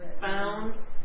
found